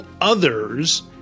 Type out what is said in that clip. others